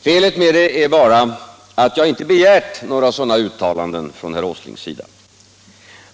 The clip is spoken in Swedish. Felet med det är bara att jag inte begärt några sådana uttalanden från herr Åslings sida.